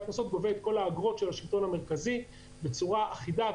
קנסות גובה את כל האגרות של השלטון המרכזי בצורה אחידה,